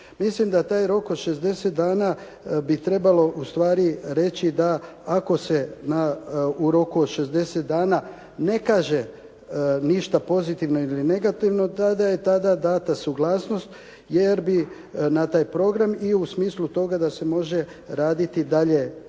Mislim da taj rok od 60 dana bi trebalo ustvari reći da ako se u roku od 60 dana ne kaže ništa pozitivno ili negativno da je tada dana suglasnost jer bi na taj program, i u smislu toga da se može raditi dalje